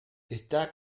está